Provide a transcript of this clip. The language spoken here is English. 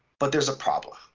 but there's a problem.